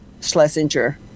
Schlesinger